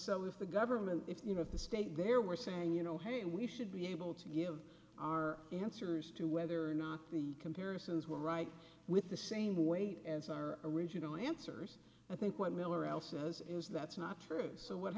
so if the government if you know if the state there were saying you know hey we should be able to give our answers to whether or not the comparisons were right with the same weight as our original answers i think what we'll or else says is that's not true so what